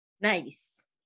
Nice